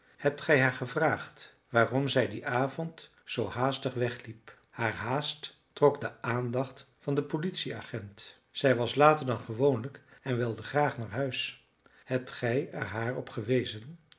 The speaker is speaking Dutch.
hebt gij haar gevraagd waarom zij dien avond zoo haastig wegliep haar haast trok de aandacht van den politieagent zij was later dan gewoonlijk en wilde graag naar huis hebt gij er haar op gewezen